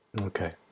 Okay